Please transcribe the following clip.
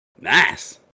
Nice